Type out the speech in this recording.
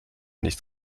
nicht